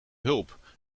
hulp